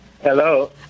Hello